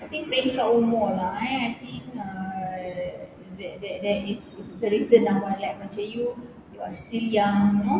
I think peringkat umur lah eh I think uh that that that is the reason ah why like macam you you are still young you know